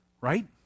right